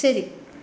ശരി